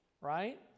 right